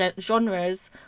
genres